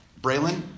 Braylon